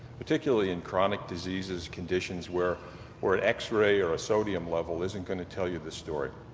particularly in chronic diseases, conditions where where an x-ray or a sodium level isn't going oh tell you the story.